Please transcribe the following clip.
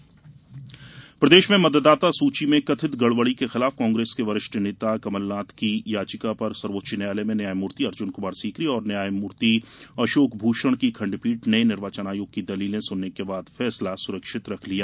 मतदाता सुची प्रदेश में मतदाता सूची में कथित गड़बड़ी के खिलाफ कांग्रेस के वरिष्ठ नेता कमलनाथ की याचिका पर सर्वोच्च न्यायालय में न्यायमूर्ति अर्जुन कुमार सीकरी और न्यायमूर्ति अशोक भूषण की खंडपीठ ने निर्वाचन आयोग की दलीलें सुनने के बाद फैसला सुरक्षित रख लिया